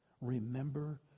Remember